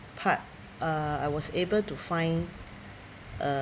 part ah I was able to find uh